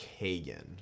Kagan